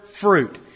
fruit